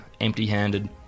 empty-handed